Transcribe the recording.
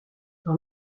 dans